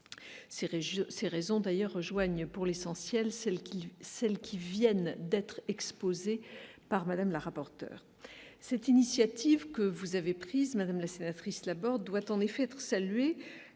ces raisons d'ailleurs rejoignent pour l'essentiel celles qui celles qui viennent d'être exposé par Madame la rapporteure cette initiative que vous avez prises Madame la sénatrice Labor doit en effet être saluée